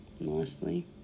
nicely